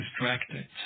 distracted